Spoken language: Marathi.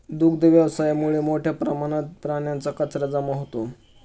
दुग्ध व्यवसायामुळे मोठ्या प्रमाणात प्राण्यांचा कचरा जमा होतो